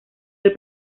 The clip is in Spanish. del